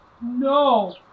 no